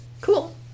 cool